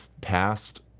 past